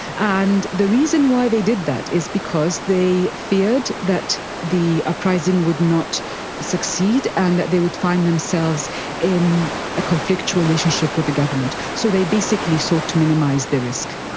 and the reason why they did that is because they feared that the uprising would not ah succeed and that they would find themselves in a conflictual relationship with the government. so they basically sort to minimise their risk.